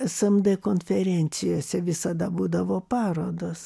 samdė konferencijose visada būdavo parodos